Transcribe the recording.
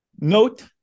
Note